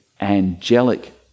angelic